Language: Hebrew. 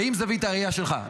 ועם זווית הראייה שלך,